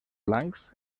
blancs